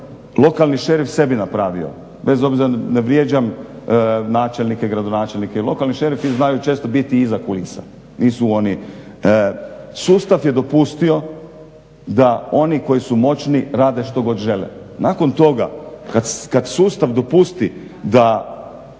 lokalni šerif sebi napravio, bez obzira, ne vrijeđam načelnike, gradonačelnike, lokalni šerifi znaju često biti iza kulisa. Sustav je dopustio da oni koji su moćni rade što god žele. Nakon toga kad sustav dopusti da